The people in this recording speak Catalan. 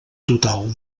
total